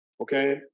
okay